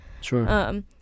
Sure